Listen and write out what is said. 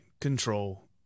control